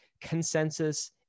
Consensus